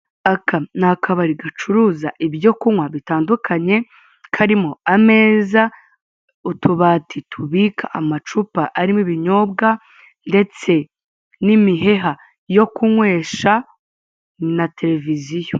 Aka ni akabari gacuruzwa ibyo kunywa bitandukanye karimo ameza, utubati tubika amacupa arimo ibinyobwa ndetse n'imiheha yo kunywesha na tereviziyo.